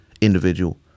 individual